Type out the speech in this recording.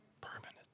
Permanent